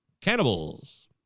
cannibals